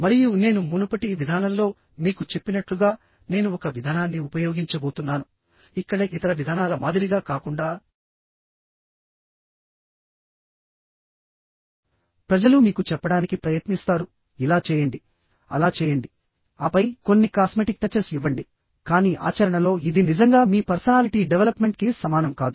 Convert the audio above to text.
మరియు నేను మునుపటి విధానంలో మీకు చెప్పినట్లుగా నేను ఒక విధానాన్ని ఉపయోగించబోతున్నాను ఇక్కడ ఇతర విధానాల మాదిరిగా కాకుండా ప్రజలు మీకు చెప్పడానికి ప్రయత్నిస్తారు ఇలా చేయండి అలా చేయండి ఆపై కొన్ని కాస్మెటిక్ టచెస్ ఇవ్వండి కానీ ఆచరణలో ఇది నిజంగా మీ పర్సనాలిటీ డెవలప్మెంట్ కి సమానం కాదు